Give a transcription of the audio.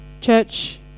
Church